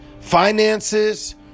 finances